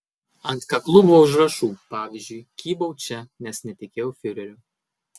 ant kaklų buvo užrašų pavyzdžiui kybau čia nes netikėjau fiureriu